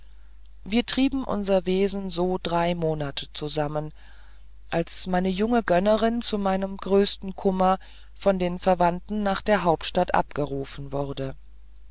wir trieben unser wesen so drei monate zusammen als meine junge gönnerin zu meinem größten kummer von den verwandten nach der hauptstadt abgerufen wurde